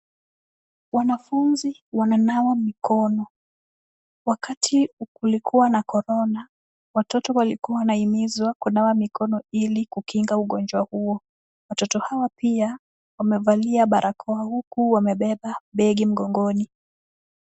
Wanafunzi wananawa mikono. Wakati kulikua na Corona, watoto walikua wanahimizwa kunawa mikono ili kukinga ugonjwa huo. Watoto hawa pia wamevalia barakoa huku wamebeba begi mgongoni.